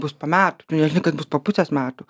bus po metų tu nežinai kas bus po pusės metų